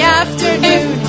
afternoon